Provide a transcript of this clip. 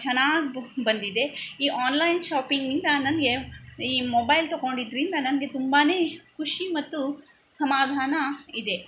ಚೆನ್ನಾಗ್ ಬಂದಿದೆ ಈ ಆನ್ಲೈನ್ ಶಾಪಿಂಗ್ನಿಂದ ನನಗೆ ಈ ಮೊಬೈಲ್ ತಗೊಂಡಿದ್ರಿಂದ ನನಗೆ ತುಂಬಾ ಖುಷಿ ಮತ್ತು ಸಮಾಧಾನ ಇದೆ